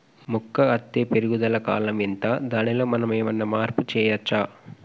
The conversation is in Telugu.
మొక్క అత్తే పెరుగుదల కాలం ఎంత దానిలో మనం ఏమన్నా మార్పు చేయచ్చా?